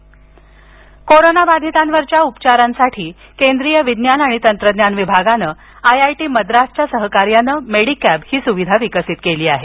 Medicab कोरोनाबाधितांवरील उपचारांसाठी केंद्रीय विज्ञान आणि तंत्रज्ञान विभागानं मद्रास आय आय टी च्या सहकार्यानं मेडीकॅब ही सुविधा विकसीत केली आहे